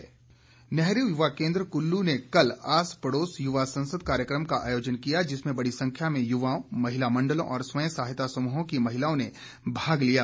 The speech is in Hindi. युवा संसद नेहरू युवा केंद्र कुल्लू ने कल आस पड़ोस युवा संसद कार्यक्रम का आयोजन किया जिसमें बड़ी संख्या में युवाओं महिला मंडलों और स्वयं सहायता समूहों की महिलाओं ने भाग लिया